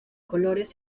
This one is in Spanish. colores